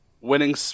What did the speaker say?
Winning